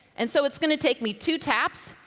and so it's going to take me two taps,